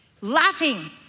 laughing